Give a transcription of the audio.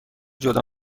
جدا